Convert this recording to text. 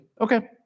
okay